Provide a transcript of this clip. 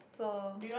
so